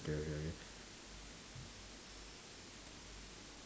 ya ya